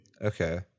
Okay